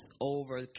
over